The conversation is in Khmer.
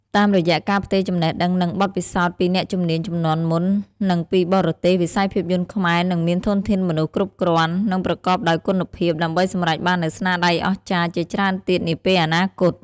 តាមរយៈការផ្ទេរចំណេះដឹង និងបទពិសោធន៍ពីអ្នកជំនាញជំនាន់មុន និងពីបរទេស វិស័យភាពយន្តខ្មែរនឹងមានធនធានមនុស្សគ្រប់គ្រាន់ និងប្រកបដោយគុណភាព ដើម្បីសម្រេចបាននូវស្នាដៃអស្ចារ្យជាច្រើនទៀតនាពេលអនាគត។